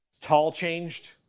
tall-changed